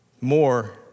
more